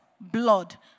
blood